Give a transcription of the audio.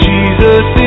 Jesus